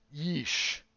yeesh